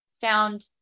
found